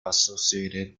associated